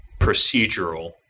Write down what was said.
procedural